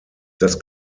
das